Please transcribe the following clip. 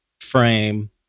frame